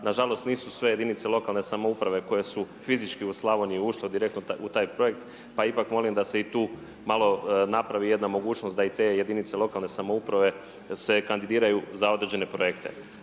nažalost nisu sve jedinice lokalne samouprave koje su fizičke u Slavoniji direktno ušle u taj projekt, pa ipak molim da se i tu malo napravi jedna mogućnost da i te jedinice lokalne samouprave se kandidiraju za određene projekte,